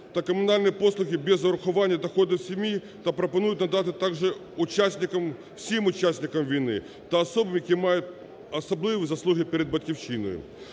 та комунальні послуги без урахування доходів сім'ї та пропонують надати также учасникам, всім учасникам війни та особам, які мають особливі заслуги перед Батьківщиною.